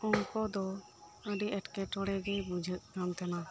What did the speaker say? ᱚᱝᱠᱚ ᱫᱚ ᱟᱰᱤ ᱮᱴᱠᱮ ᱴᱚᱬᱮ ᱜᱮ ᱵᱩᱡᱷᱟᱹᱜ ᱠᱟᱱ ᱛᱟᱦᱮᱱᱟ